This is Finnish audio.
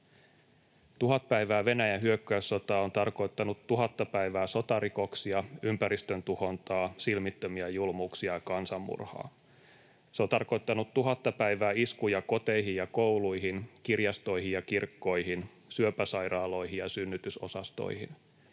Tuhat päivää Venäjän hyökkäyssota on tarkoittanut tuhatta päivää sotarikoksia, ympäristön tuhontaa, silmittömiä julmuuksia ja kansanmurhaa. Se on tarkoittanut tuhatta päivää iskuja koteihin ja kouluihin, kirjastoihin ja kirkkoihin, syöpäsairaaloihin ja synnytysosastoihin.